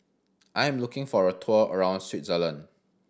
I am looking for a tour around Switzerland